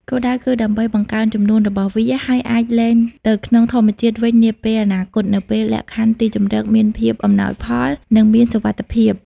គោលដៅគឺដើម្បីបង្កើនចំនួនរបស់វា ហើយអាចលែងទៅក្នុងធម្មជាតិវិញនាពេលអនាគត នៅពេលលក្ខខណ្ឌទីជម្រកមានភាពអំណោយផល និងមានសុវត្ថិភាព។